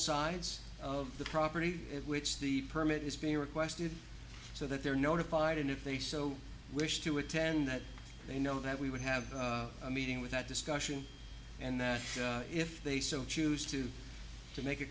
sides of the property which the permit is being requested so that they are notified and if they so wish to attend that they know that we would have a meeting with that discussion and that if they so choose to to make a